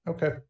Okay